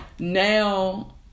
Now